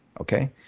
Okay